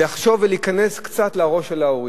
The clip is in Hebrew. לחשוב ולהיכנס קצת לראש של ההורים,